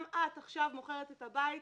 גם את עכשיו מוכרת את הבית".